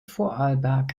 vorarlberg